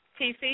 TC